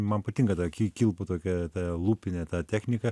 man patinka ta kį kilpą tokia ta lūpinė ta technika